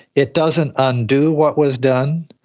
it doesn't undo what was done,